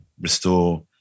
restore